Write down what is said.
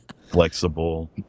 Flexible